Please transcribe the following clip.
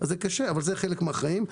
אז זה קשה, אבל זה חלק מן החיים.